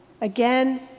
Again